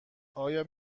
آیا